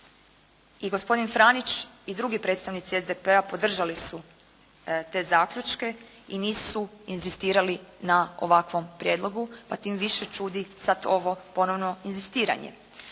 i gospodine Franić i drugi predstavnici SDP-a podržali su te zaključke i nisu inzistirali na ovakvom prijedlogu, pa tim više čudi sada ovo ponovno inzistiranje.